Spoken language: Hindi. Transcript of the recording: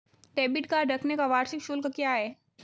डेबिट कार्ड रखने का वार्षिक शुल्क क्या है?